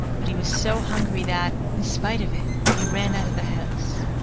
but he was so hungry that, in spite of it, he ran out of the house.